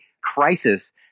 crisis